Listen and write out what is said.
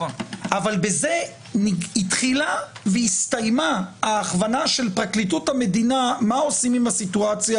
אבל בזה התחילה והסתיימה ההכוונה של פרקליטות המדינה מה עושים עם הסיטואציה